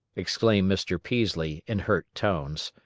exclaimed mr. peaslee, in hurt tones.